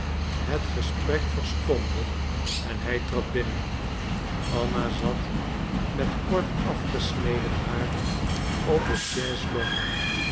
het gesprek verstomde en hij trad binnen anna zat met kortafgesneden haar op de